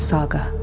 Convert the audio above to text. Saga